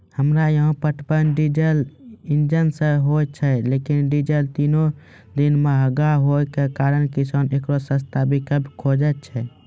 हमरा यहाँ पटवन डीजल इंजन से होय छैय लेकिन डीजल दिनों दिन महंगा होय के कारण किसान एकरो सस्ता विकल्प खोजे छैय?